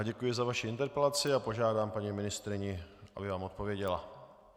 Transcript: Děkuji za vaši interpelaci a požádám paní ministryni, aby vám odpověděla.